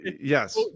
Yes